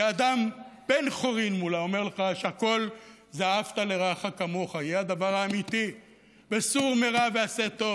צבעים, ראש מועצת בית ג'ן, שנמצא פה